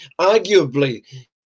arguably